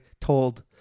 told